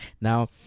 Now